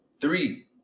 three